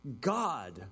God